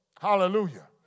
Hallelujah